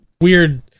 weird